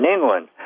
England